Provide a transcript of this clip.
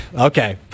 Okay